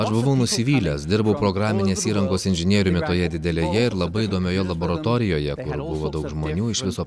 aš buvau nusivylęs dirbau programinės įrangos inžinieriumi toje didelėje ir labai įdomioje laboratorijoje buvo daug žmonių iš viso